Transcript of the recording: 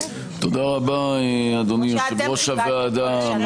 כמו שאתם כיבדתם --- תודה רבה אדוני יושב-ראש הוועדה,